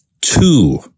two